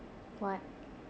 what